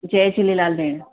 जय झूलेलाल भेण